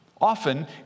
Often